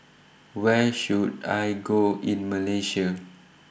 Where should I Go in Malaysia